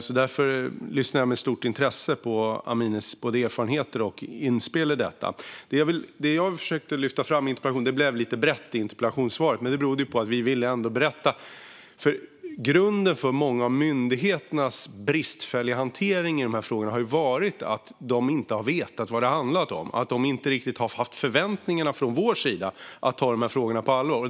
Jag lyssnar därför med stort intresse på Aminehs erfarenheter och inspel i detta. Det jag försökte lyfta fram i interpellationssvaret blev lite brett, men det berodde på att vi ville berätta det här. Grunden till många av myndigheternas bristfälliga hantering av frågorna har varit att de inte har vetat vad det har handlat om och att de inte riktigt har haft förväntningar på sig från vår sida att ta frågorna på allvar.